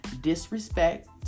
disrespect